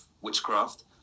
witchcraft